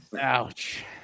ouch